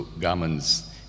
garments